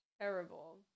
terrible